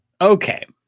okay